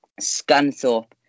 Scunthorpe